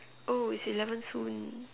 oh it's eleven soon